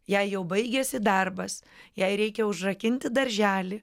jai jau baigėsi darbas jai reikia užrakinti darželį